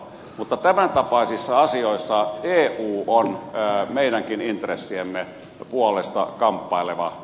mutta tämäntapaisissa asioissa eu on meidänkin intressiemme puolesta kamppaileva